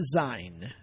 design